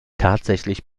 tatsächlich